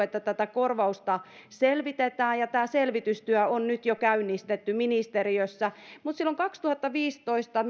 tätä korvausta selvitetään tämä selvitystyö on nyt jo käynnistetty ministeriössä mutta silloin kaksituhattaviisitoista